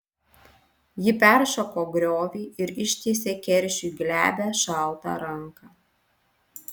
ji peršoko griovį ir ištiesė keršiui glebią šaltą ranką